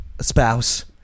spouse